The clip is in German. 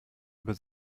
über